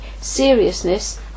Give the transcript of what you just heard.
seriousness